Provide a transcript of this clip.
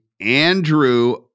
Andrew